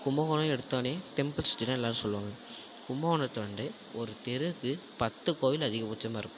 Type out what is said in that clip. கும்பகோணோன்னு எடுத்தாலே temple city தான் எல்லாரும் சொல்லுவாங்க கும்பகோணத்தில் வந்து ஒரு தெருக்கு பத்து கோவில் அதிகபட்சமாக இருக்கும்